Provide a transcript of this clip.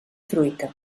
fruita